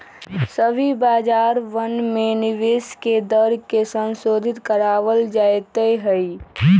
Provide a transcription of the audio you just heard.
सभी बाजारवन में निवेश के दर के संशोधित करावल जयते हई